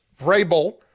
Vrabel